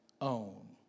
own